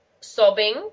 sobbing